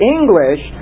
English